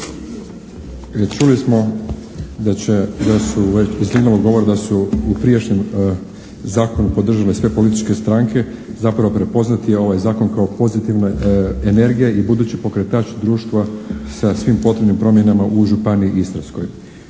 govore da su u prijašnjem zakonu podržale sve političke stranke zapravo prepoznati ovaj zakon kao pozitivne energije i budući pokretač društva sa svim potrebnim promjenama u Županiji istarskoj.